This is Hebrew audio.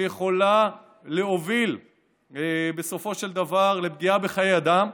שיכולה להוביל בסופו של דבר לפגיעה בחיי אדם,